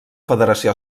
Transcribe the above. federació